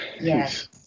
Yes